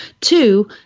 Two